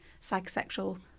psychosexual